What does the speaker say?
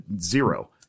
Zero